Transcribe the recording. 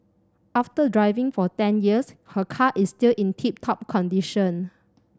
after driving for ten years her car is still in tip top condition